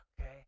okay